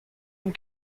chom